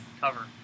cover